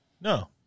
no